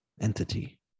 entity